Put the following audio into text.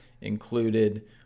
included